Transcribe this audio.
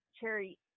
Cherry